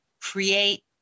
create